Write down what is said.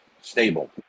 stable